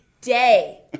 day